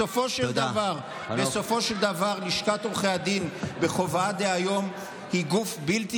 בסופו של דבר לשכת עורכי הדין בכובעה דהיום היא גוף בלתי